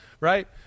Right